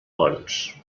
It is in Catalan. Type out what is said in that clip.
bons